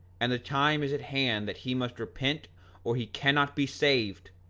and the time is at hand that he must repent or he cannot be saved!